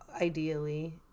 ideally